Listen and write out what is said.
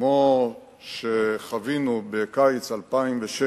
כמו שחווינו בקיץ 2006,